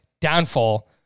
downfall